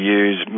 use